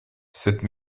cette